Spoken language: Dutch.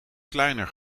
kleiner